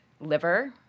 liver